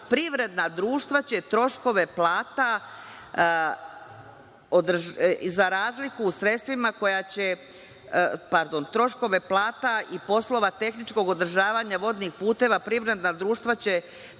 privredna društva će, pardon, troškove plata i poslova tehničkog održavanja vodnih puteva, privredna društva će